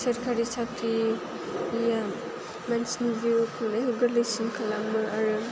सरखारि साख्रिया मानसिनि जिउ खुंनायाव गोरलैसिन खालामो आरो